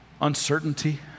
uncertainty